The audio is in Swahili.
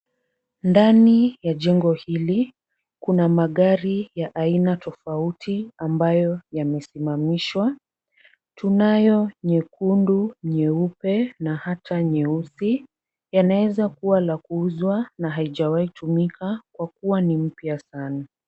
Ndani ya jengo hili, kuna magari ya aina tofauti ambayo yamesimamishwa. Tunayo nyekundu, nyeupe na hata nyeusi. Yanaeza kuwa ya kuuzwa na haijawai tumika kwa kuwa ni mpya sana.